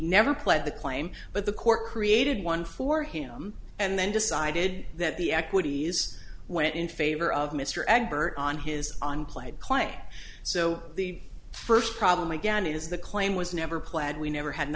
never played the claim but the court created one for him and then decided that the equities went in favor of mr ebert on his on played clay so the first problem again it is the claim was never plaid we never had an